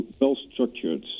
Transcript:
well-structured